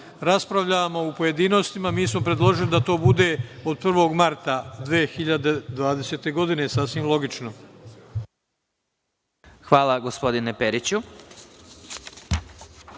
raspravljamo u pojedinostima, mi smo predložili da to bude od 1. marta 2020. godine, sasvim logično. **Vladimir